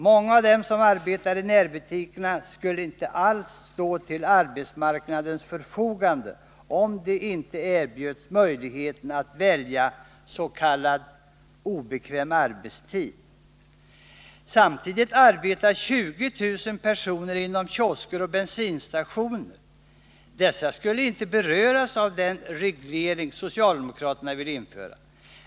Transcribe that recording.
Många av dem som arbetar i närbutikerna skulle inte alls stå till arbetsmarknadens förfogande om de inte erbjöds möjligheten att välja s.k. obekväm arbetstid. Samtidigt arbetar 20000 personer inom kiosker och bensinstationer. Dessa skulle inte beröras av den reglering socialdemokraterna vill införa.